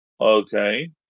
Okay